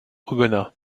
aubenas